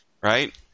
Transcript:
right